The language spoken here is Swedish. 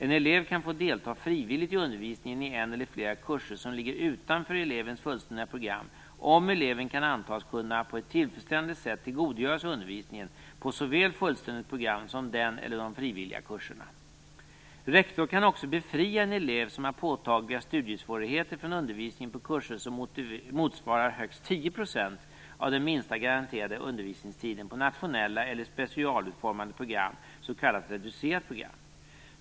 En elev kan få delta frivilligt i undervisningen i en eller flera kurser som ligger utanför elevens fullständiga program, om eleven kan antas kunna på ett tillfredsställande sätt tillgodogöra sig undervisningen på såväl fullständigt program som den eller de frivilliga kurserna. Rektor kan också befria en elev som har påtagliga studiesvårigheter från undervisningen på kurser som motsvarar högst 10 % av den minsta garanterade undervisningstiden på nationella eller specialutformade program, s.k. reducerat program.